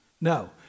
No